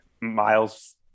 Miles